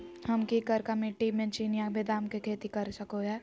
हम की करका मिट्टी में चिनिया बेदाम के खेती कर सको है?